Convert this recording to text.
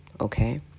Okay